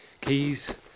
keys